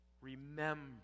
Remember